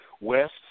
west